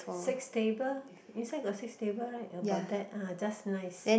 six table inside got six table right about that uh just nice